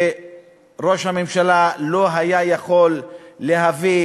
וראש הממשלה לא היה יכול להביא